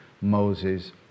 Moses